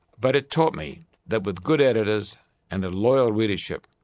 but it taught me that with good editors and a loyal readership,